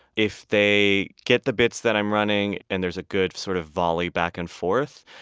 if they get the bits that i'm running and there's a good sort of volley back and forth,